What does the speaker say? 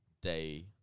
day